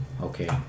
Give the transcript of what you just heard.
okay